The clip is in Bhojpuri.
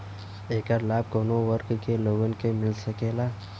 ऐकर लाभ काउने वर्ग के लोगन के मिल सकेला?